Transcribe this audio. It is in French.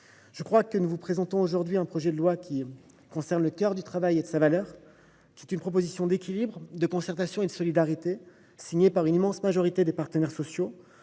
les sénateurs, nous présentons aujourd’hui un projet de loi qui concerne le cœur du travail et de sa valeur. C’est une proposition d’équilibre, de concertation et de solidarité voulue par une immense majorité des partenaires sociaux.